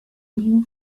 new